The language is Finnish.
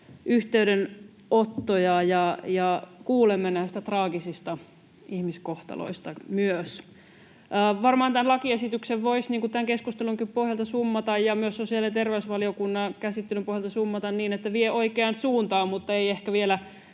yhteydenottoja, ja kuulemme näistä traagisista ihmiskohtaloista myös. Varmaan tämän lakiesityksen voisi tämän keskustelun pohjalta ja myös sosiaali- ja terveysvaliokunnan käsittelyn pohjalta summata niin, että tämä vie oikeaan suuntaan mutta ei ehkä vielä